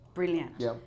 Brilliant